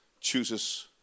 chooses